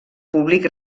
públic